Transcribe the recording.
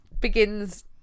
begins